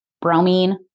bromine